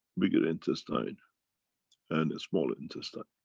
bigger intestine and and small intestine.